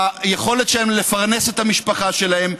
ביכולת שלהם לפרנס את המשפחה שלהם,